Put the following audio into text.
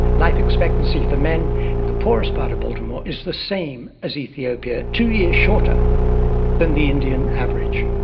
life expectancy for men in the poorest part of baltimore is the same as ethiopia, two years shorter than the indian average.